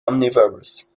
omnivorous